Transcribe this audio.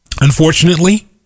unfortunately